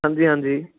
ਹਾਂਜੀ ਹਾਂਜੀ